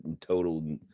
total